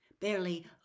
barely